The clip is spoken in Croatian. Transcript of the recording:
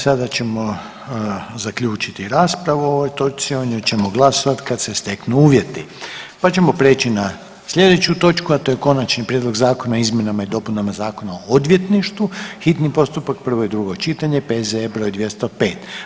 Sada ćemo zaključiti raspravu o ovoj točci, o njoj ćemo glasovati kad se steknu uvjeti, pa ćemo preći na slijedeću točku, a to je: - Konačni prijedlog Zakona o izmjenama i dopunama Zakona o odvjetništvu, hitni postupak, prvo i drugo čitanje, P.Z.E. broj 205.